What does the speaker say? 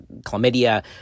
chlamydia